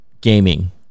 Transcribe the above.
gaming